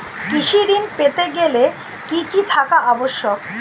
কৃষি ঋণ পেতে গেলে কি কি থাকা আবশ্যক?